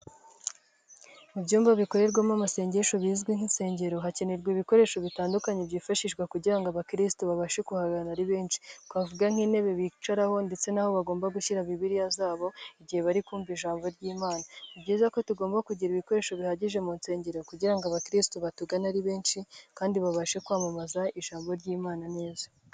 Mu byumba bikorerwamo amasengesho bizwi nk'insengero, hakenerwa ibikoresho bitandukanye byifashishwa kugira ngo abakirisitu babashe kuhagana ari benshi, twavuga nk'intebe bicaraho ndetse n'abo bagomba gushyira Bibiliya zabo igihe bari kumva ijambo ry'Imana; ni byiza ko tugomba kugira ibikoresho bihagije mu nsengero kugira ngo abakirisitu batugane ari benshi kandi babashe kwamamaza ijambo ry'Imana neza.